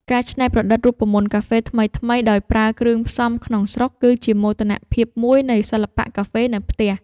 ការច្នៃប្រឌិតរូបមន្តកាហ្វេថ្មីៗដោយប្រើគ្រឿងផ្សំក្នុងស្រុក គឺជាមោទនភាពមួយនៃសិល្បៈកាហ្វេនៅផ្ទះ។